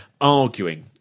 arguing